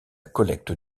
collecte